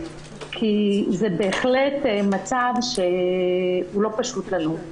כי זה בהחלט מצב שהוא לא פשוט לנו.